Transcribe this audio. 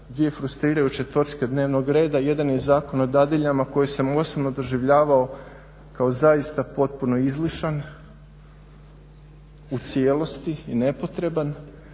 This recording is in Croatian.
dvije frustrirajuće točke dnevnog reda, jedan je Zakon o dadiljama koji sam osobno doživljavao kao zaista potpuno izlišan u cijelosti i nepotreban